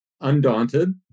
undaunted